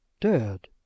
Dead